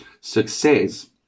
Success